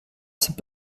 sind